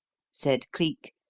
said cleek,